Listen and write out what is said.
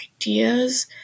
ideas